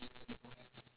ya